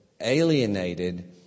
alienated